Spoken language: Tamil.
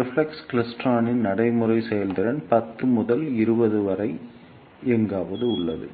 ரிஃப்ளெக்ஸ் கிளைஸ்டிரானின் நடைமுறை செயல்திறன் 10 முதல் 20 வரை எங்காவது உள்ளது